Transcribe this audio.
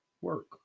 Work